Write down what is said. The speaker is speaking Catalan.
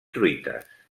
truites